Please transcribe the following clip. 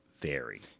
vary